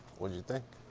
what you think?